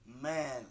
Man